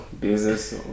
business